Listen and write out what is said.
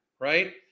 Right